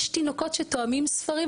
יש תינוקות שטועמים ספרים,